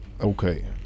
Okay